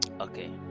okay